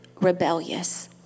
rebellious